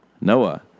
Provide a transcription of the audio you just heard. noah